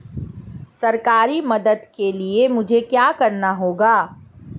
सरकारी मदद के लिए मुझे क्या करना होगा?